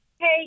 Hey